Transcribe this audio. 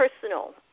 personal